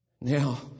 Now